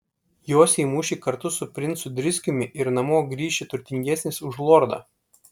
josi į mūšį kartu su princu driskiumi ir namo grįši turtingesnis už lordą